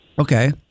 Okay